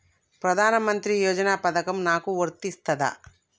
ప్రధానమంత్రి యోజన పథకం నాకు వర్తిస్తదా?